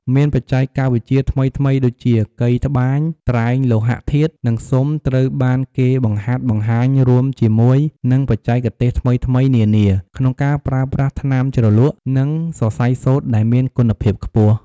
មានបច្ចេកវិទ្យាថ្មីៗដូចជា កីត្បាញ ត្រែងលោហធាតុ និងស៊ុំត្រូវបានគេបង្ហាត់បង្ហាញរួមជាមួយ និងបច្ចេកទេសថ្មីៗនានា ក្នុងការប្រើប្រាស់ថ្នាំជ្រលក់ និងសរសៃសូត្រដែលមានគុណភាព ខ្ពស់។